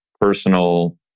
personal